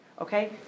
okay